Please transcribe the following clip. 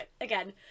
again